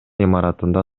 имаратында